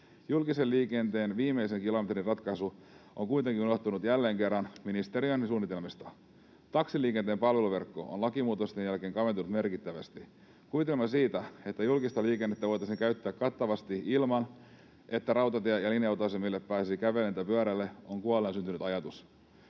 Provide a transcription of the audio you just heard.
Julkisen liikenteen viimeisen kilometrin ratkaisu on kuitenkin unohtunut jälleen kerran ministeriön suunnitelmista. Taksiliikenteen palveluverkko on lakimuutosten jälkeen kaventunut merkittävästi. Kuvitelma siitä, että julkista liikennettä voitaisiin käyttää kattavasti niin, että rautatie- ja linja-autoasemille pääsisi kävellen tai pyöräillen, on kuolleena syntynyt ajatus.